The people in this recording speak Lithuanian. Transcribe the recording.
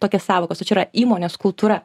tokias sąvokas o čia yra įmonės kultūra